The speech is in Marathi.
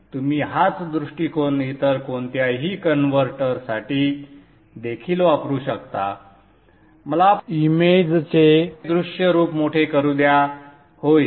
तुम्ही हाच दृष्टिकोन इतर कोणत्याही कन्व्हर्टरसाठी देखील वापरू शकता मला इमेजचे दृष्य रूप मोठे करूद्या होय